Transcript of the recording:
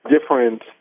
different